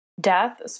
death